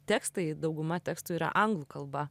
tekstai dauguma tekstų yra anglų kalba